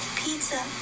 pizza